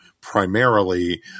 primarily